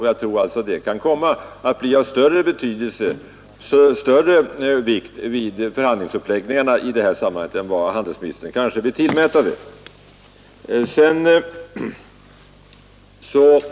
Jag tror att detta kan komma att bli av större vikt vid förhandlingsuppläggningarna än handelsministern vill tillmäta saken.